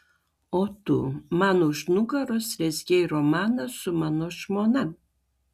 o tu man už nugaros rezgei romaną su mano žmona